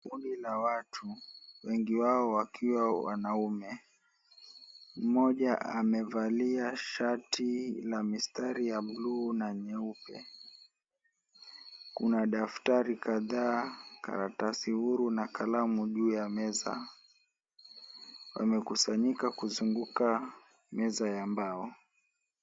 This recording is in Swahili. Kundi la watu, wengi wao wakiwa wanaume. Mmoja amevalia shati la mistari ya blue na nyeupe. Kuna daftari kadhaa, karatasi huru na kalamu juu ya meza. Wamekusanyika kuzunguka meza ya mbao.